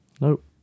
Nope